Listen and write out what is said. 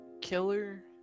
killer